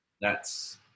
that's-